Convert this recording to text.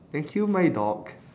and kill my dog